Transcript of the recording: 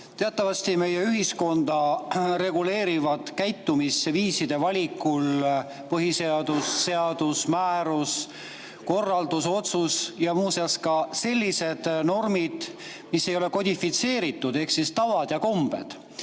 Teatavasti meie ühiskonda reguleerivad käitumisviiside valikul põhiseadus, seadus, määrus, korraldus, otsus ja muu seas ka sellised normid, mis ei ole kodifitseeritud, ehk siis tavad ja kombed.